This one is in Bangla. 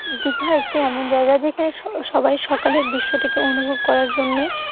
দীঘা একটি এমন জায়গা যেখানে স সবাই সকালের দৃশ্যটিকে অনুভব করার জন্যই